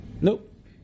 Nope